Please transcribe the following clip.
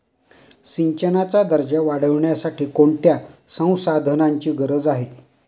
सिंचनाचा दर्जा वाढविण्यासाठी कोणत्या संसाधनांची गरज आहे?